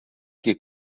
qui